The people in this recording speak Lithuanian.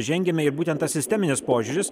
žengiame ir būtent tas sisteminis požiūris